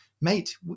mate